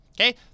Okay